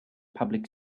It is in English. public